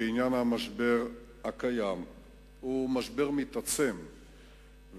המשבר הקיים הוא משבר מתעצם,